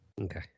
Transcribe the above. Okay